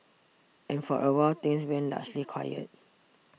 and for awhile things went largely quiet